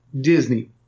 Disney